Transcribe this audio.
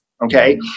Okay